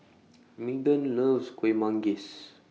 Meghan loves Kuih Manggis